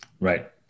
Right